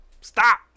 Stop